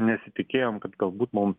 nesitikėjom kad galbūt mum